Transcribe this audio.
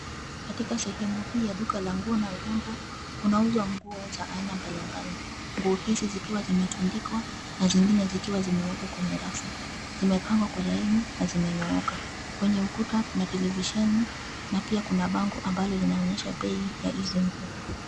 Katika sehemu hii ya duka la nguo na urembo, kunauzwa nguo za aina mbalimbali. Nguo hizi zikiwa zimetundikwa na zingine zikiwa zimewekwa kwenye rafu. Zimepangwa kwa laini na zimenyooka. Kwenye ukuta kuna televisheni na pia kuna bango ambalo linaonyesha bei ya hizi nguo.